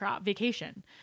vacation